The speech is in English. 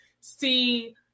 see